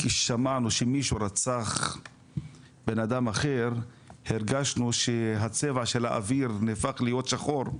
כששמענו שמישהו רצח בן אדם אחר הרגשנו שהצבע של האוויר נהפך להיות שחור.